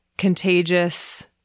contagious